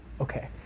okay